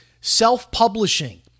self-publishing